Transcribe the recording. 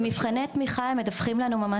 במבחני תמיכה מדווחים לנו,